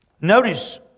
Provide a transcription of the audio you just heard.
Notice